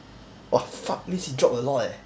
!wah! fuck means he drop a lot eh